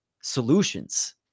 solutions